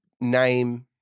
name